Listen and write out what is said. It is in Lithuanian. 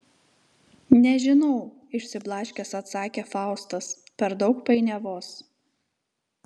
nežinau išsiblaškęs atsakė faustas per daug painiavos